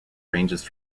ranges